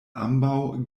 ambaŭ